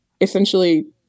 essentially